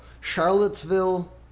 Charlottesville